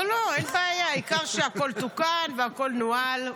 לא, לא, אין בעיה, העיקר שהכול תוקן והכול נוהל.